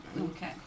Okay